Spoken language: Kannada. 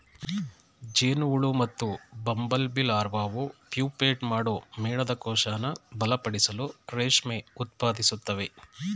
ಜೇನುಹುಳು ಮತ್ತುಬಂಬಲ್ಬೀಲಾರ್ವಾವು ಪ್ಯೂಪೇಟ್ ಮಾಡೋ ಮೇಣದಕೋಶನ ಬಲಪಡಿಸಲು ರೇಷ್ಮೆ ಉತ್ಪಾದಿಸ್ತವೆ